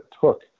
took